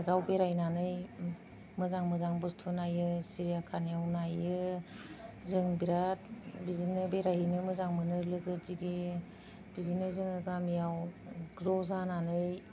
पार्कआव बेरायनानै मोजां मोजां बुस्थु नायो सिरिया खानायाव नायो जों बिराद बिदिनो बेरायहैनो मोजां मोनो लोगो दिगि बिदिनो जोङो गामियाव ज' जानानै